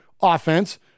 offense